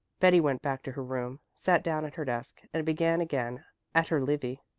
betty went back to her room, sat down at her desk and began again at her livy.